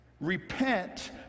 Repent